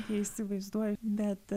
neįsivaizduoju bet